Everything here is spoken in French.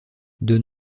des